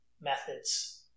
methods